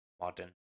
modern